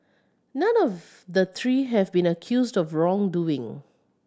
none of the three have been accused of wrongdoing